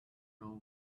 girl